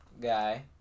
guy